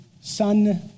son